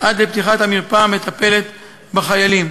עד לפתיחת המרפאה המטפלת בחיילים,